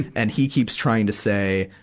and he keeps trying to say,